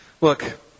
Look